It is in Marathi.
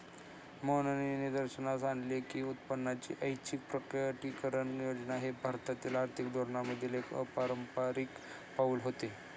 मोहननी निदर्शनास आणले की उत्पन्नाची ऐच्छिक प्रकटीकरण योजना हे भारतीय आर्थिक धोरणांमधील एक अपारंपारिक पाऊल होते